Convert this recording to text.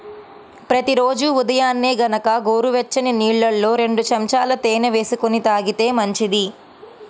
ప్రతి రోజూ ఉదయాన్నే గనక గోరువెచ్చని నీళ్ళల్లో రెండు చెంచాల తేనె వేసుకొని తాగితే మంచిది